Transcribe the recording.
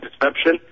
deception